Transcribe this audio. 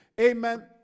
amen